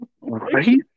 Right